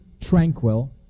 tranquil